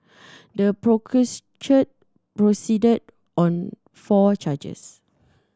the proceeded on four charges